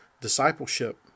discipleship